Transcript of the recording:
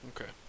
Okay